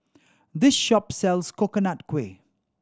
this shop sells Coconut Kuih